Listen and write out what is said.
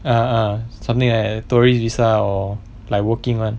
ah ah something like that tourist visa or like working [one]